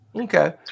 Okay